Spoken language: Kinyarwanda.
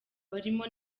barimo